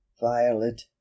violet